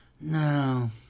No